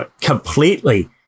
completely